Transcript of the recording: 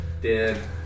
dead